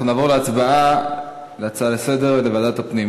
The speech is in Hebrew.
אנחנו נעבור להצבעה על העברת ההצעות לסדר-היום לוועדת הפנים.